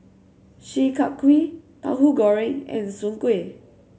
Chi Kak Kuih Tauhu Goreng and Soon Kuih